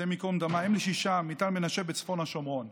השם ייקום דמה, אם לשישה מטל מנשה בצפון השומרון.